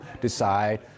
decide